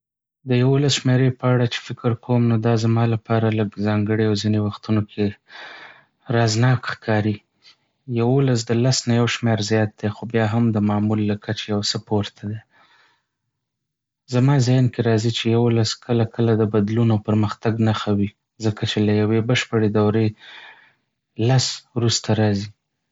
د یولس شمېرې په اړه چې فکر کوم، نو دا زما لپاره لږ ځانګړې او ځینې وختونو کې رازناک ښکاري. یولس د لس نه یو شمېر زیات دی، خو بیا هم د معمول له کچې یو څه پورته دی. زما ذهن کې راځي چې یولس کله کله د بدلون او پرمختګ نښه وي، ځکه چې له یوې بشپړې دورې (لس) وروسته راځي.